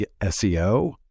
SEO